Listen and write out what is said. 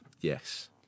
Yes